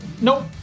Nope